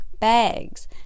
bags